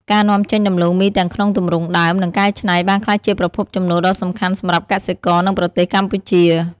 ការនាំចេញដំឡូងមីទាំងក្នុងទម្រង់ដើម និងកែច្នៃ បានក្លាយជាប្រភពចំណូលដ៏សំខាន់សម្រាប់កសិករ និងប្រទេសកម្ពុជា។